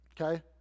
Okay